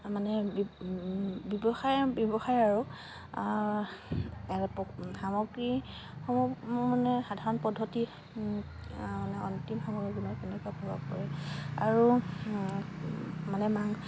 মানে ব্যৱসায় ব্যৱসায় আৰু সামগ্ৰীসমূহ মানে সাধাৰণ পদ্ধতি মানে অন্তিম সামগ্ৰী কেনেকুৱা প্ৰভাৱ কৰে আৰু